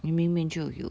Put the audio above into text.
你明明就有